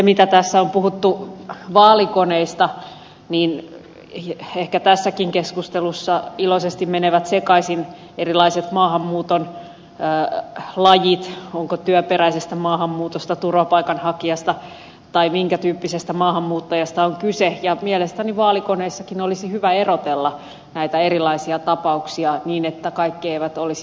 mitä tässä on puhuttu vaalikoneista niin ehkä tässäkin keskustelussa iloisesti menevät sekaisin erilaiset maahanmuuton lajit onko työperäisestä maahanmuutosta turvapaikanhakijasta vai minkä tyyppisestä maahanmuuttajasta kyse ja mielestäni vaalikoneissakin olisi hyvä erotella näitä erilaisia tapauksia niin että kaikki eivät olisi samassa korissa